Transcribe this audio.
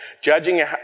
Judging